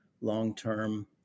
long-term